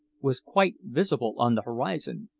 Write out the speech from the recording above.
was quite visible on the horizon,